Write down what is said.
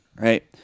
right